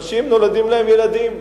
אנשים נולדים להם ילדים.